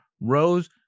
Rose